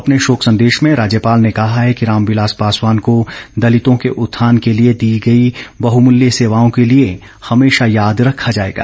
अपर्ने शोक संदेश में राज्यपाल ने कहा है कि रामविलास पासवान को दलितों के उत्थान के लिए दी गई बहमल्य सेवाओं के लिए हमेशा याद रखा जाएगा